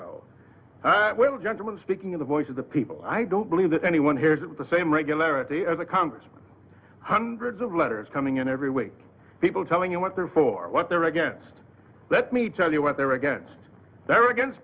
know well gentlemen speaking of the voice of the people i don't believe that anyone here is the same regularity as a congressman hundreds of letters coming in every week people telling you what they're for what they're against let me tell you what they are against they're against